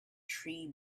tree